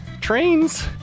Trains